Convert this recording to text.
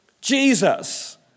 Jesus